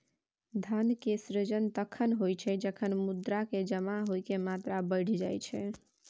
धन के सृजन तखण होइ छै, जखन मुद्रा के जमा होइके मात्रा बढ़ि जाई छै